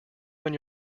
when